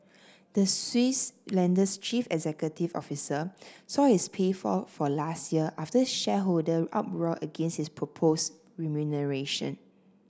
the Swiss lender's chief executive officer saw his pay fall for last year after shareholder uproar against his proposed remuneration